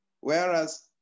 Whereas